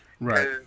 Right